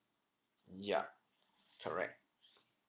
ya correct